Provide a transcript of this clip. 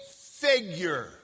figure